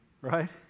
Right